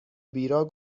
بیراه